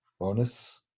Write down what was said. bonus